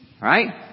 right